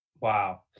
Wow